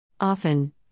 Often